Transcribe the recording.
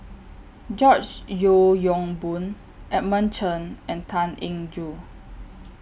George Yeo Yong Boon Edmund Chen and Tan Eng Joo